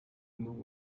new